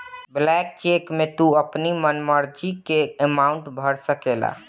blank cheque में तू अपनी मन मर्जी कअ अमाउंट भर सकेला